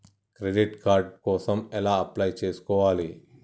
Credit card కోసం ఎలా apply చేసుకోవాలి?